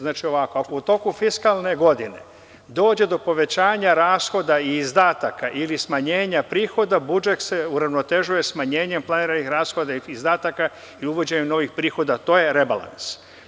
Znači ovako, ako u toku fiskalne godine dođe do povećanja rashoda i izdataka ili smanjenja prihoda, budžet se uravnotežuje smanjenjem planiranih rashoda i izdataka i uvoženjem novih prihoda, to je rebalans.